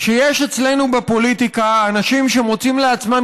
שיש אצלנו בפוליטיקה אנשים שמוצאים לעצמם